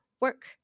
work